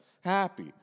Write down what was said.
happy